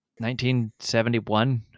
1971